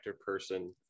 person